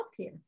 healthcare